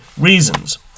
reasons